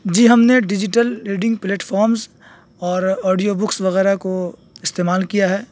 جی ہم نے digital reading platforms اور آڈیو بکس وغیرہ کو استعمال کیا ہے